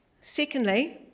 Secondly